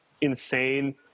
insane